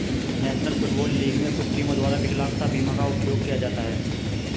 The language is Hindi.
नेशनल फुटबॉल लीग में कुछ टीमों द्वारा विकलांगता बीमा का उपयोग किया जाता है